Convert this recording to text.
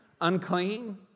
unclean